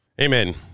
Amen